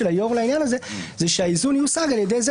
של היושב-ראש לעניין הזה הוא שהאיזון יושג על ידי זה